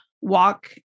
walk